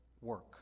work